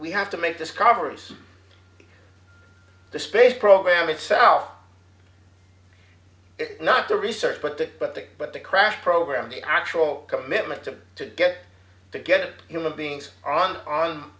we have to make discoveries the space program itself not the research but the but the but the crash program the actual commitment to get to get a human beings on on